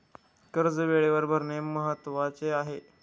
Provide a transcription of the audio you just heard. कर्ज वेळेवर भरणे महत्वाचे आहे